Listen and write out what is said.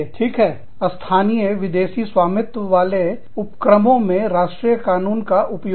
ठीक है स्थानीय विदेशी स्वामित्व वाले उपक्रमों में राष्ट्रीय कानून का उपयोग